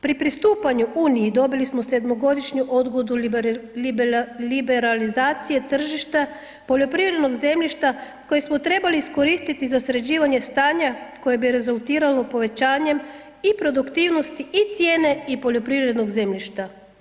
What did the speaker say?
Pri pristupanju uniji dobili smo sedmogodišnju odgodu liberalizacije tržišta poljoprivrednog zemljišta koje smo trebali iskoristiti za sređivanje stanja koje bi rezultiralo povećanjem i produktivnosti i cijene i poljoprivrednog zemljišta.